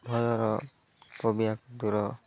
ଭୟ ଫୋବିଆକୁ ଦୂର